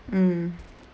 mm